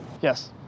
Yes